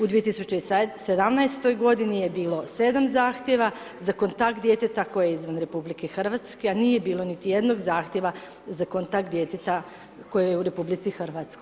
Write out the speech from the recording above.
U 2017. godini je bilo 7 zahtjeva za kontakt djeteta koje je izvan RH a nije bilo niti jednog zahtjeva za kontakt djeteta koje je u RH.